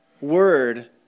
word